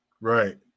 Right